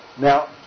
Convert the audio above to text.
Now